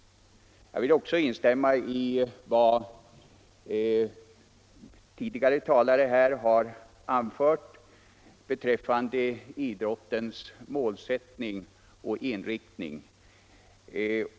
Jag vill instämma i vad tidigare talare här har anfört beträffande idrottens målsättning och inriktning.